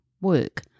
work